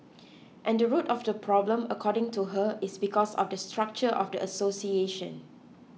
and the root of the problem according to her is because of the structure of the association